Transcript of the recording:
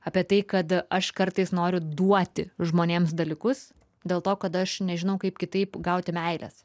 apie tai kad aš kartais noriu duoti žmonėms dalykus dėl to kad aš nežinau kaip kitaip gauti meilės